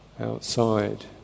outside